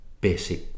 basic